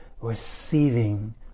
receiving